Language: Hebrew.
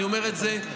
אני אומר את זה,